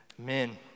amen